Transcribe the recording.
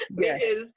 yes